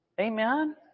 Amen